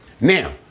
Now